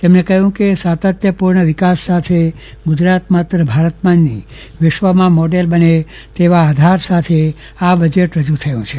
તેમણે કહ્યું કે સાતત્યપૂર્ણ વિકાસ સાથે ગુજરાત માત્ર ભારતમાં જ નહીં વિશ્વમાં મોડેલ બને તેવા આધાર સાથે બજેટ રજૂ થયું છે